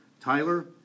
Tyler